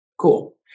Cool